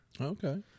Okay